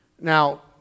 Now